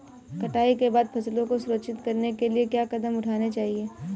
कटाई के बाद फसलों को संरक्षित करने के लिए क्या कदम उठाने चाहिए?